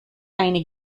eine